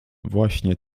właśnie